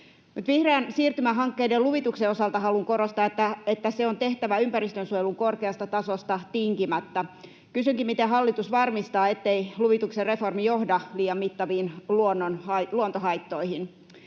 vihreän siirtymän hankkeiden luvituksen osalta haluan korostaa, että se on tehtävä ympäristönsuojelun korkeasta tasosta tinkimättä. Kysynkin: miten hallitus varmistaa, ettei luvituksen reformi johda liian mittaviin luontohaittoihin?